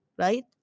Right